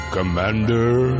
Commander